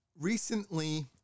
recently